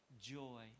joy